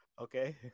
Okay